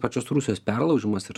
pačios rusijos perlaužimas ir